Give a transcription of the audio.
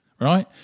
right